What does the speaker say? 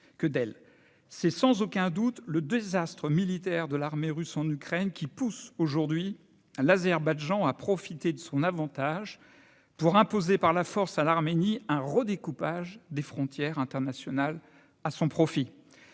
C'est sans aucun doute le désastre militaire de l'armée russe en Ukraine qui pousse aujourd'hui l'Azerbaïdjan à profiter de son avantage pour imposer par la force à l'Arménie un redécoupage des frontières internationales à son profit.